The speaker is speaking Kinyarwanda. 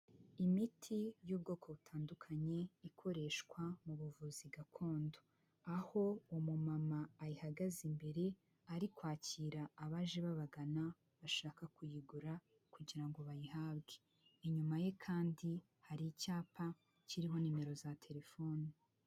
Imiti y'ubwoko butandukanye ikoreshwa mu buvuzi gakondo aho umumama ayihagaze imbere ari kwakira abaje babagana bashaka kuyigura kugira ngo bayihabwe, inyuma ye kandi hari icyapa kiriho nimero za telefone.